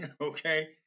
okay